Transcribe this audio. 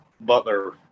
Butler